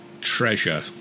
treasure